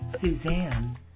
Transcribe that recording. Suzanne